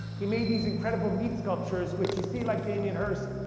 he made these incredible meat sculptures, which you see like damien hirst,